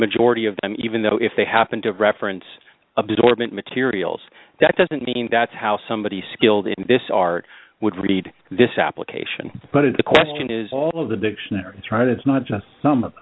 majority of them even though if they happen to reference absorbant materials that doesn't mean that's how somebody skilled in this art would read this application but it's a question is all of the dictionaries right it's not just some